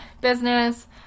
business